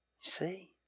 See